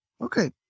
Okay